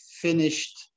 finished